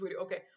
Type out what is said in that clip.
Okay